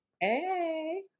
Hey